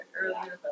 earlier